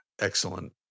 Excellent